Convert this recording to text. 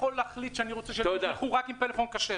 להחליט שאני רוצה שתשוחחו רק עם טלפון כשר.